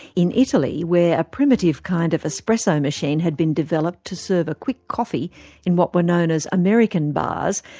in italy, where a primitive kind of espresso machine had been developed to serve a quick coffee in what were known as american bars,